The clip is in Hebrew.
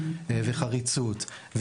חריצות,